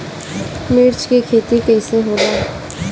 मिर्च के खेती कईसे होला?